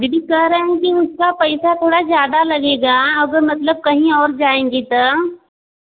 दीदी कह रहे हैं कि उसका पैसा थोड़ा ज़्यादा लगेगा अगर मतलब कहीं और जाएँगी तो